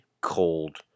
cold